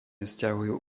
vzťahujú